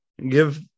give